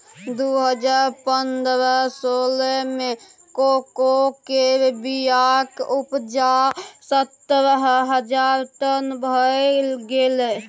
दु हजार पनरह सोलह मे कोको केर बीयाक उपजा सतरह हजार टन भए गेलै